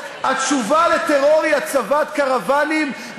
זו שאלה אחת קצרה, ברשותך.